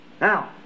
Now